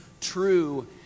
true